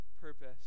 purpose